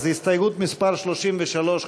אז הסתייגות מס' 33,